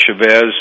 Chavez